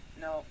No